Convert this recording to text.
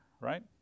right